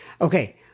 Okay